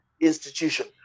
institution